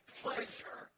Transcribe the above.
pleasure